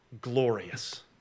glorious